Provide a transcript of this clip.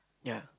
ya